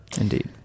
indeed